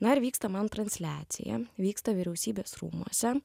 na ir vyksta man transliacija vyksta vyriausybės rūmuose